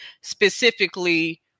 specifically